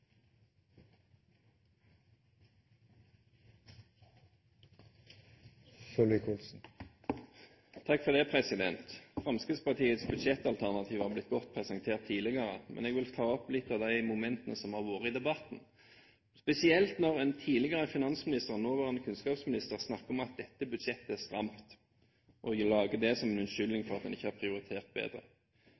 Fremskrittspartiets budsjettalternativ har blitt godt presentert tidligere, men jeg vil ta opp noen av de momentene som har vært oppe i debatten, spesielt når en tidligere finansminister, nåværende kunnskapsminister, snakker om at dette budsjettet er stramt, og bruker det som en unnskyldning for at hun ikke har prioritert bedre.